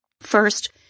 First